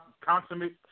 consummate